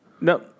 No